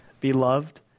Beloved